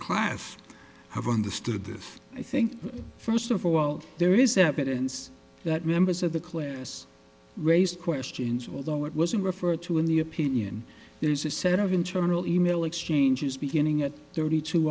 class have understood this i think first of all well there is that pittance that members of the class raised questions although it wasn't referred to in the opinion there's a set of internal e mail exchanges beginning at thirty two